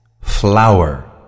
flower